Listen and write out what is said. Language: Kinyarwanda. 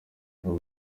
uru